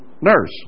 nurse